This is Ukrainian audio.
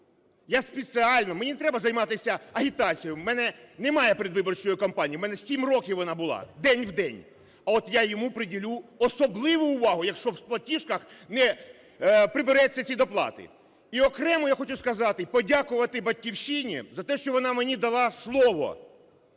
Я спеціально, мені не треба займатися агітацією, в мене немає передвиборчої кампанії, в мене 7 років вона була день в день, а от я йому приділю особливу увагу, якщо в платіжках не приберуться ці доплати. І окремо я хочу сказати, і подякувати "Батьківщині" за те, що вона мені дала слово.